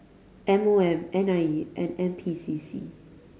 M O M N I E and N P C C